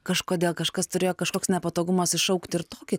kažkodėl kažkas turėjo kažkoks nepatogumas iššaukti ir tokį